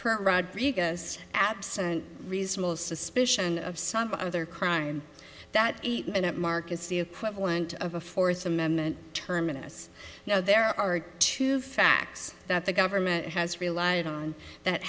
purt rodriguez absent reasonable suspicion of some other crime that eight minute mark is the equivalent of a fourth amendment terminus you know there are two facts that the government has relied on that